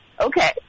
Okay